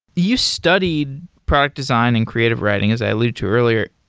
you studied product design and creative writing, as i alluded to earlier.